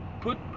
put